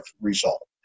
result